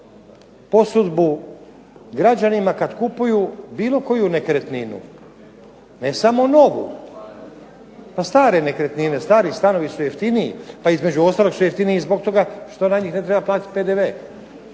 posudbu građanima kada kupuju bilo koju nekretninu, ne novu, pa stare nekretnine, stari stanovi su jeftiniji, između ostaloga su jeftiniji zbog toga što na njih ne treba platiti PDV.